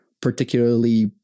particularly